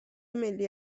ملی